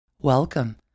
Welcome